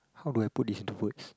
how do I put this into words